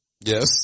Yes